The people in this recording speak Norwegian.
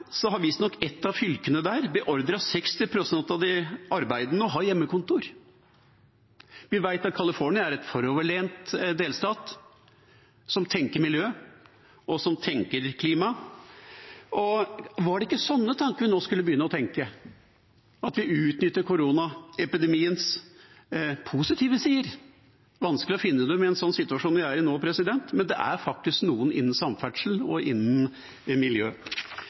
har visstnok et av fylkene beordret 60 pst. av de arbeidende til å ha hjemmekontor. Vi vet at California er en foroverlent delstat som tenker miljø, og som tenker klima. Var det ikke sånne tanker vi nå skulle begynne å tenke, at vi utnytter koronaepidemiens positive sider? Det er vanskelig å finne dem i den situasjonen som vi er i nå, men det er faktisk noen innen samferdsel og innen miljø.